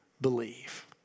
believe